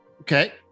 Okay